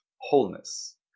wholeness